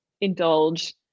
indulge